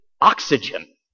oxygen